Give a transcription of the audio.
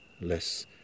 less